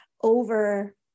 over